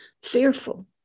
Fearful